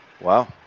Wow